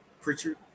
Pritchard